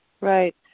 Right